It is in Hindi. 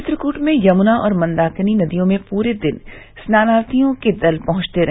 चित्रकूट में यमुना और मंदाकिनी नदियों में पूरे दिन स्नानार्थियों के दल पहुंचते रहे